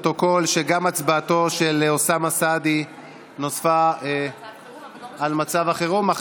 שגם הצבעתו של אוסאמה סעדי על מצב החירום נוספה,